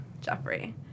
Jeffrey